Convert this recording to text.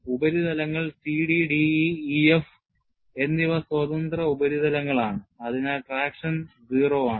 ഉപരിതലങ്ങൾ CD DE EF എന്നിവ സ്വതന്ത്ര ഉപരിതലങ്ങളാണ് അതിനാൽ ട്രാക്ഷൻ 0 ആണ്